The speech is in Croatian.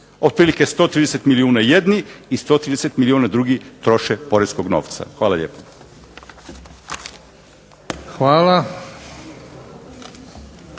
Otprilike 130 milijuna jedni i 130 milijuna drugi troše poreskog novca. Hvala lijepo.